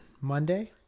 Monday